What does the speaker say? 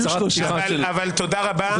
תודה רבה.